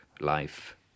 life